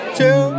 two